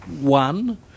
one